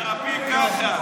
אתם מתרפאים ככה.